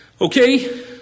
Okay